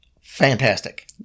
fantastic